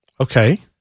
Okay